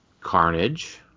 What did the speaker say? carnage